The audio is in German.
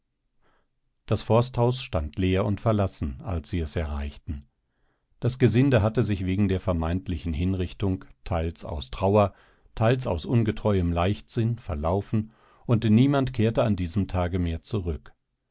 das forsthaus stand leer und verlassen als sie es erreichten das gesinde hatte sich wegen der vermeintlichen hinrichtung teils aus trauer teils aus ungetreuem leichtsinn verlaufen und niemand kehrte an diesem tage mehr zurück